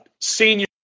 senior